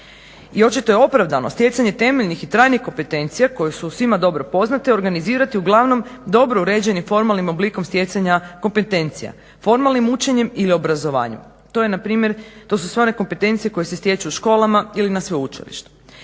I očito je opravdano stjecanje temeljnih i trajnih kompetencija koje su svima dobro poznate organizirati uglavnom dobro uređenim formalnim oblikom stjecanja kompetencija, formalnim učenjem ili obrazovanjem. To je na primjer, to su sve one kompetencije koje se stječu u školama ili na sveučilištu.